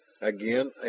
Again